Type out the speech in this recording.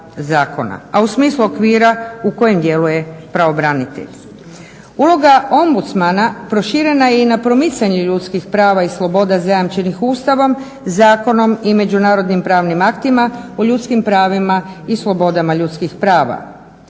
A u smislu okvira u kojem djeluje pravobranitelj. Uloga ombudsmana proširena je i na promicanje ljudskih prava i sloboda zajamčenih Ustavom, zakonom i međunarodnim pravnim aktima o ljudskim pravima i slobodama ljudskih prava.